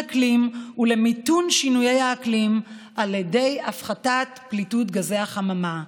אקלים ולמיתון שינויי האקלים על ידי הפחתת פליטות גזי החממה.